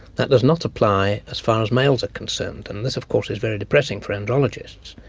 that does not apply as far as males are concerned, and this of course is very depressing for andrologists.